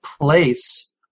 place